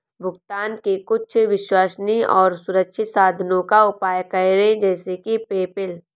भुगतान के कुछ विश्वसनीय और सुरक्षित साधनों का उपयोग करें जैसे कि पेपैल